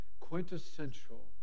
quintessential